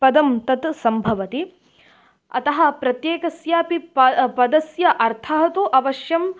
पदं तत् सम्भवति अतः प्रत्येकस्यापि प पदस्य अर्थः तु अवश्यं